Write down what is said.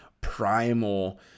primal